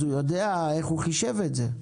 אז הוא יודע איך הוא חישב את זה.